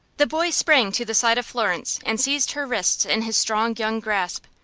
the boy sprang to the side of florence, and siezed her wrists in his strong young grasp.